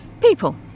People